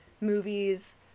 movies